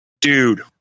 Dude